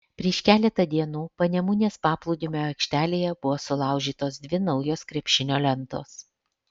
prieš keletą dienų panemunės paplūdimio aikštelėje buvo sulaužytos dvi naujos krepšinio lentos